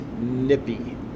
nippy